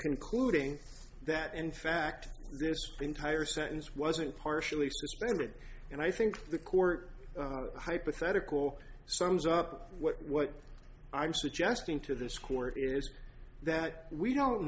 concluding that in fact this entire sentence wasn't partially suspended and i think the court hypothetical sums up what i'm suggesting to this court is that we don't